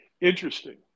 interesting